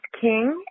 king